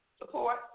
support